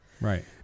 Right